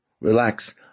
relax